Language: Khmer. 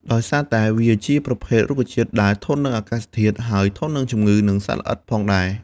ដោយសារតែវាជាប្រភេទរុក្ខជាតិដែលធន់នឹងអាកាសធាតុ ហើយធន់នឹងជំងឺ និងសត្វល្អិតផងដែរ។